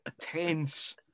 tense